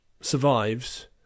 survives